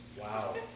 Wow